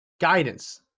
guidance